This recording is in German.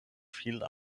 viel